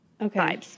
Okay